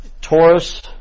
Taurus